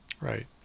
Right